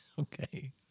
Okay